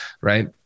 Right